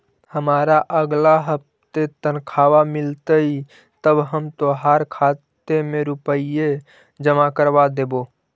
हमारा अगला हफ्ते तनख्वाह मिलतई तब हम तोहार खाते में रुपए जमा करवा देबो